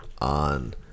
on